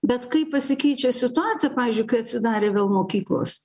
bet kai pasikeičia situacija pavyzdžiui kai atsidarė vėl mokyklos